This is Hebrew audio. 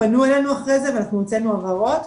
פנו אלינו אחרי זה והוצאנו הבהרות,